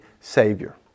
Savior